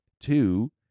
Two